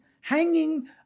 hanging